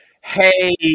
hey